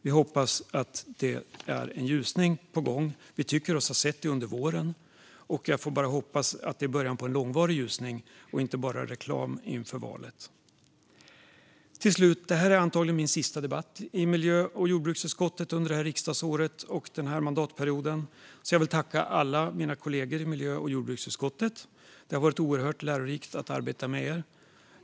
Vi hoppas att det är en ljusning på gång. Vi tycker oss ha sett det under våren. Jag får bara hoppas att det är början på en långvarig ljusning och inte bara reklam inför valet. Till slut: Detta är antagligen min sista debatt i miljö och jordbruksutskottets ärenden under detta riksdagsår och denna mandatperiod. Jag vill därför tacka alla mina kollegor i miljö och jordbruksutskottet. Det har varit oerhört lärorikt att arbeta med er.